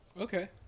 Okay